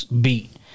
beat